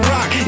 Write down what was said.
Rock